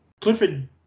Clifford